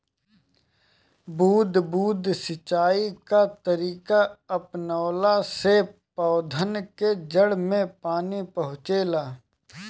बूंद बूंद सिंचाई कअ तरीका अपनवला से पौधन के जड़ में पानी पहुंचेला